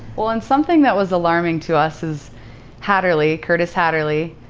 well, and something that was alarming to us is haderlie, curtis haderlie,